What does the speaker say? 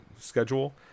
schedule